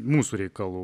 mūsų reikalų